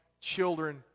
children